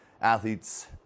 athletes